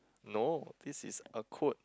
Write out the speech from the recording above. no this is a quote